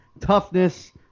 toughness